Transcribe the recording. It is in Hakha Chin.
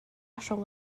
hrawng